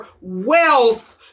wealth